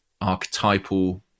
archetypal